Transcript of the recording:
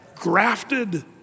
grafted